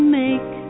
make